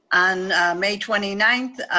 on may twenty ninth,